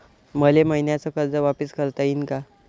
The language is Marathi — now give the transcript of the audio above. मले मईन्याचं कर्ज वापिस करता येईन का?